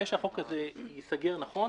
כדי שהחוק הזה "ייסגר" נכון